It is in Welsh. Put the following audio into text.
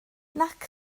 nac